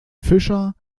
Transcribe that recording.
fischer